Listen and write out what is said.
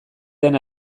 den